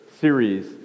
series